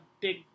big